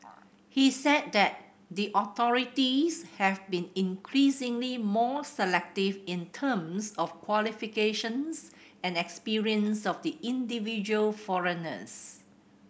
he said that the authorities have been increasingly more selective in terms of qualifications and experience of the individual foreigners